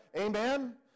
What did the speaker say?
Amen